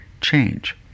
change